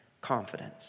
confidence